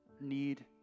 need